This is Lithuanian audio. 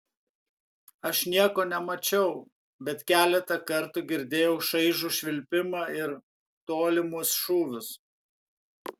aš nieko nemačiau bet keletą kartų girdėjau šaižų švilpimą ir tolimus šūvius